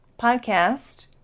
podcast